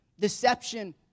Deception